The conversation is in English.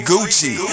Gucci